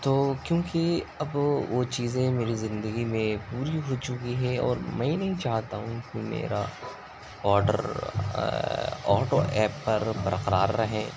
تو کیونکہ اب وہ چیزیں میری زندگی میں پوری ہو چکی ہیں اور میں نہیں چاہتا ہوں کہ میرا آڈر آٹو ایپ پر برقرار رہے